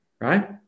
right